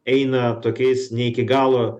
eina tokiais ne iki galo